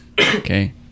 Okay